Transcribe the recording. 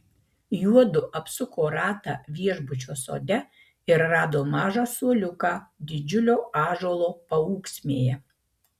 juodu apsuko ratą viešbučio sode ir rado mažą suoliuką didžiulio ąžuolo paūksmėje